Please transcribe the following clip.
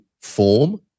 form